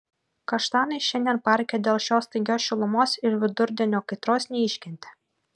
kaštanai šiandien parke dėl šios staigios šilumos ir vidurdienio kaitros neiškentė